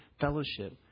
fellowship